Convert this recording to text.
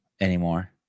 anymore